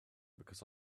because